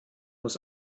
muss